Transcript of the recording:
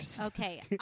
okay